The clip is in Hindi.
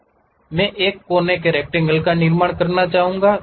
मैं एक कोने के रक्टैंगल का निर्माण करना चाहूंगा